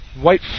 white